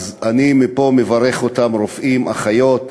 אז אני מפה מברך אותם: רופאים, אחיות,